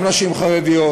גם נשים חרדיות,